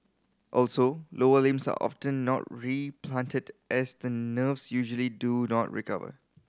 also lower limbs are often not replanted as the nerves usually do not recover